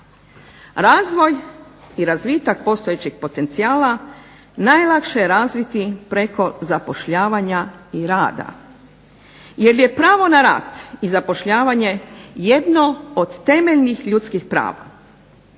Razvoj i razvitak postojeće potencijala najlakše je razviti preko zapošljavanja i rada, jer je pravo na rad i zapošljavanje jedno od temeljnih ljudskih prava.